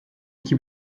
iki